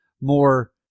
more